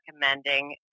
recommending